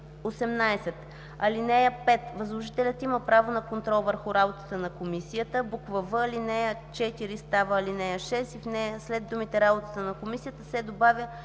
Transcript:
18.”; (5) Възложителят има право на контрол върху работата на комисията.”; в) ал. 4 става ал. 6 и в нея след думите „работата на комисията” се добавя